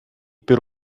per